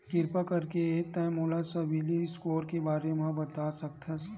किरपा करके का तै मोला सीबिल स्कोर के बारे माँ बता सकथस?